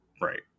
Right